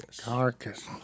Carcass